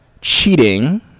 Cheating